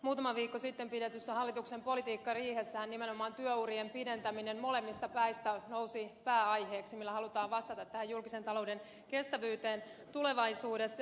muutama viikko sitten pidetyssä hallituksen politiikkariihessähän nousi pääaiheeksi nimenomaan työurien pidentäminen molemmista päistä jolla halutaan vastata tähän julkisen talouden kestävyyteen tulevaisuudessa